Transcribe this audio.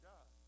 God